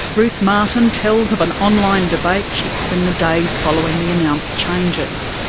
ruth martin tells of an online debate she had in the days following the announced changes.